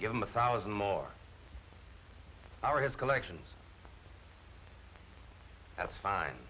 give them a thousand more power has collections that's fine